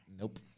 Nope